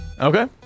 Okay